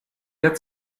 der